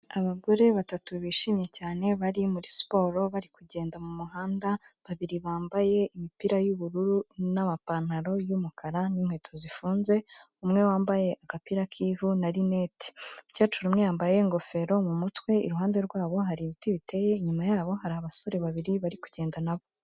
Abagore batatu bishimye cyane bari muri siporo bari kugenda mu muhanda, babiri bambaye imipira y'ubururu n'amapantaro y'umukara n'inkweto zifunze, umwe wambaye agapira k'ivu na linete. Umukecuru umwe yambaye ingofero mu mutwe, iruhande rwabo hari ibiti biteye, inyuma yabo hari abasore babiri bari kugenda nabo.